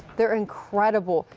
they're incredible.